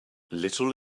little